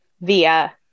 via